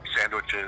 sandwiches